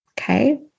Okay